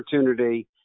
opportunity